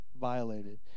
violated